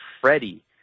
Freddie